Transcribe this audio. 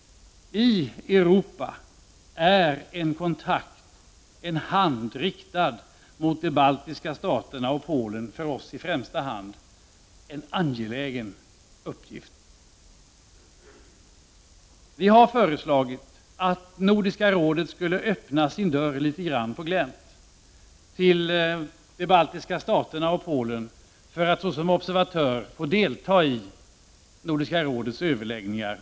I Europa är en kontakt, en hand, riktad mot de baltiska staterna och Polen för oss moderater i främsta hand en angelägen uppgift. Vi har föreslagit att Nordiska rådet skall öppna sin dörr litet grand på glänt för de baltiska staterna och Polen. Såsom observatörer skulle de få delta i Nordiska rådets överläggningar.